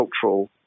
cultural